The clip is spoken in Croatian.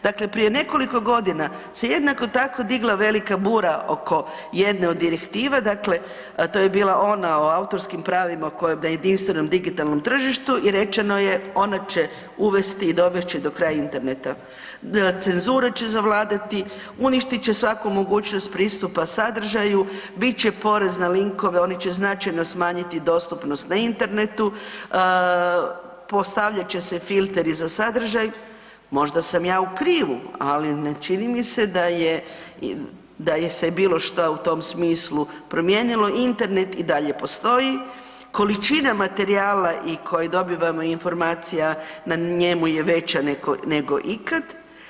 Dakle, prije nekoliko godina se jednako tako digla velika bura oko jedne od direktiva, dakle to je bila ona o autorskim pravima koja je na jedinstvenom digitalnom tržištu i rečeno je ona će uvesti i dovest će do kraja interneta, cenzure će zavladati, uništit će svaku mogućnost pristupa sadržaju, bit će porez na linkove, oni će značajno smanjiti dostupnost na internetu, postavljat će se filteri za sadržaj, možda sam ja u krivu, ali ne čini mi se da je, da je se bilo šta u tom smislu promijenilo, Internet i dalje postoji, količina materijala i koje dobivamo informacija na njemu je veća nego ikad.